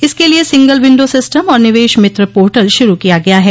इसके लिए single window system और निवेश मित्र पोर्टल शुरू किया गया है